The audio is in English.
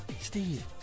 Steve